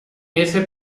ese